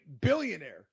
billionaire